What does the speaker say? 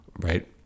Right